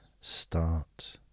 start